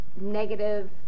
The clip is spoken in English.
negative